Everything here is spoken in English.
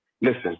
Listen